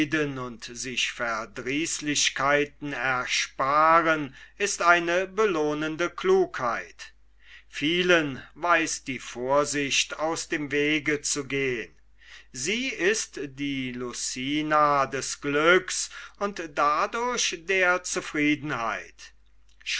und sich verdrießlichleiten ersparen ist eine belohnende klugheit vielen weiß die vorsicht aus dem wege zu gehen sie ist die lucina des glücks und dadurch der zufriedenheit